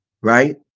Right